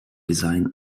design